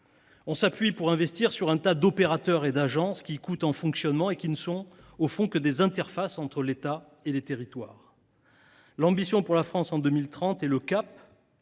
On s’appuie, pour investir, sur un tas d’opérateurs et d’agences, qui coûtent cher en fonctionnement et qui ne sont, au fond, que des interfaces entre l’État et les territoires. L’ambition du plan France 2030 et le cap